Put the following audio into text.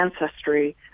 ancestry